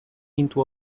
into